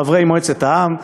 חברי מועצת העם,